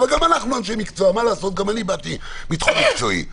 אבל גם אנחנו אנשי מקצוע גם אני באתי מתחום מקצועי.